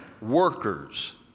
workers